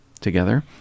together